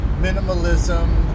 minimalism